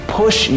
push